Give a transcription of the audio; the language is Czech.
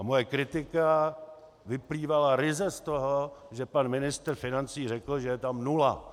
Moje kritika vyplývala ryze z toho, že pan ministr financí řekl, že je tam nula.